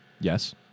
Yes